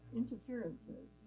interferences